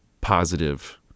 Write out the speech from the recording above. positive